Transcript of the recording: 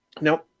now